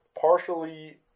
partially